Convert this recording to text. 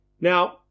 Now